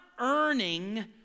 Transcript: earning